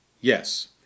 Yes